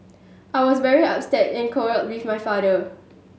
I was very upset and quarrelled with my father